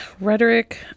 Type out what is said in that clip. rhetoric